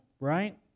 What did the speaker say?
right